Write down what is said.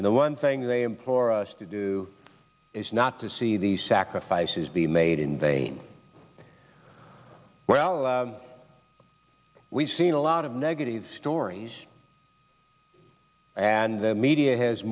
and the one thing they implore us to do is not to see the sacrifices be made in the well we've seen a lot of negative stories and the media has